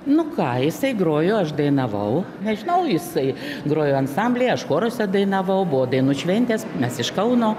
nu ką jisai grojo aš dainavau nežinau jisai grojo ansambly aš choruose dainavau buvo dainų šventės mes iš kauno